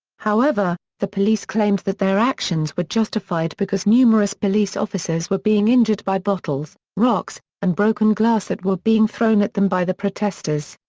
however the police claimed that their actions were justified because numerous police officers were being injured by bottles, rocks, and broken glass that were being thrown at them by the protestors.